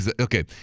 okay